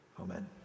Amen